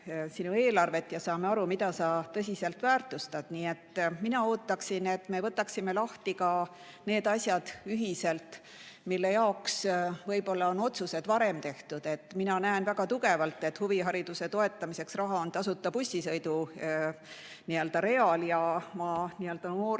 ja saame aru, mida sa tõsiselt väärtustad. Mina ootan, et me võtaksime ühiselt lahti ka need asjad, mille kohta võib-olla on otsused varem tehtud. Mina näen, et huvihariduse toetamiseks on raha tasuta bussisõidu real, ja ma noore